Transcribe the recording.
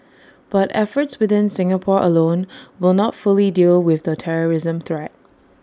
but efforts within Singapore alone will not fully deal with the terrorism threat